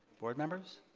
board members.